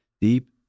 deep